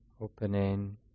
opening